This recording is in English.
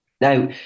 Now